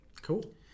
Cool